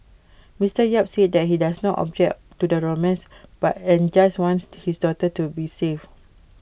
Mr yap say that he does not object to the romance but and just wants his daughter to be safe